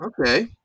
Okay